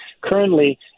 Currently